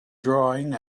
drawing